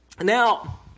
Now